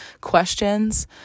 questions